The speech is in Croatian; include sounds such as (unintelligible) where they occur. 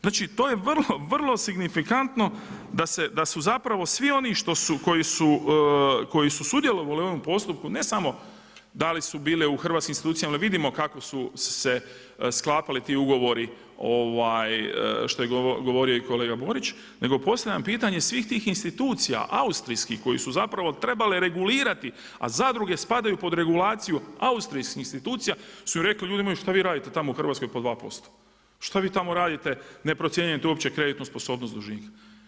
Znači to je vrlo, vrlo signifikantno da su zapravo svi oni koji su sudjelovali u ovom postupku ne samo da li su bile u hrvatskim institucijama … (unintelligible) vidim kako su se sklapali ti ugovori što je govorio i kolega Borić nego postavljam pitanje iz svih tih institucija austrijskih koje su zapravo trebale reagirati a zadruge spadaju pod regulaciju austrijskih institucija su rekli ljudi moji šta vi radite tamo u Hrvatskoj po 2%, šta vi tamo radite ne procjenjujete uopće kreditnu sposobnost dužnika.